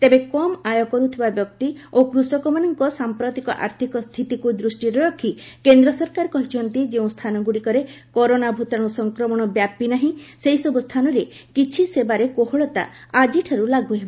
ତେବେ କମ୍ ଆୟ କରୁଥିବା ବ୍ୟକ୍ତି ଓ କୃଷକମାନଙ୍କ ସାଂପ୍ରତିକ ଆର୍ଥିକ ସ୍ଥିତିକୁ ଦୃଷ୍ଟିରେ ରଖି କେନ୍ଦ୍ର ସରକାର କହିଛନ୍ତି ଯେଉଁ ସ୍ଥାନଗୁଡ଼ିକରେ କରୋନା ଭୂତାଣୁ ସଂକ୍ରମଣ ବ୍ୟାପିନାହିଁ ସେହିସବୁ ସ୍ଥାନରେ କିଛି ସେବାରେ କୋହଳତା ଆଜିଠାରୁ ଲାଗୁ ହେବ